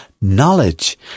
knowledge